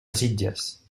sitges